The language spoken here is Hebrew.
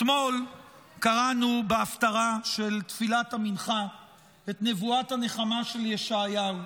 אתמול קראנו בהפטרה של תפילת המנחה את נבואת הנחמה של ישעיהו.